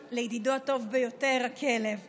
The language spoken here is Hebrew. אני קובע כי הצעת חוק לתיקון פקודת הכלבת (מס'